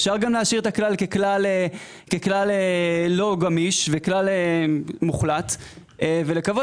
אפשר להשאיר את הכלל ככלל לא גמיש וכלל מוחלט ולקוות